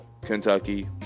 Kentucky